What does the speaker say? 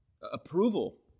Approval